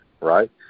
Right